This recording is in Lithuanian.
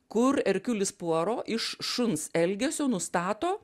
kur erkiulis puaro iš šuns elgesio nustato